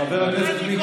חבר הכנסת מיקי לוי,